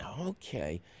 Okay